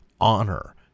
honor